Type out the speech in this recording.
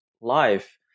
life